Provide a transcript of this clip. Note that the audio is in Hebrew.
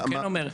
הוא כן אומר: